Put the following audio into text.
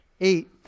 eight